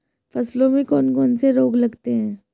फसलों में कौन कौन से रोग लगते हैं?